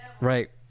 right